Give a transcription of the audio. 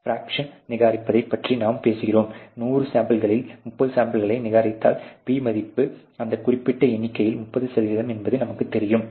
fraction நிராகரிப்பதைப் பற்றி நாம் பேசுகிறோம் 100 சாம்பிள்களில் 30 சாம்பிள்களை நிராகரித்தால் P மதிப்பு அந்த குறிப்பிட்ட எண்ணிக்கையில் 30 சதவிகிதம் என்பது நமக்குத் தெரியும்